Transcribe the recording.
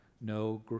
no